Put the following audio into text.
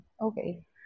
Okay